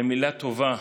למילה טובה,